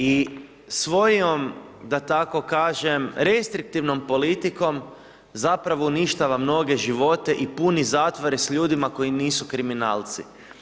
I svojom da tako kažem restriktivnom politikom zapravo uništava mnoge živote i puni zatvore sa ljudima koji nisu kriminalci.